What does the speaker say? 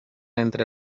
entre